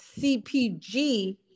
CPG